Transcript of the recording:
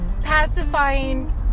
pacifying